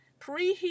preheat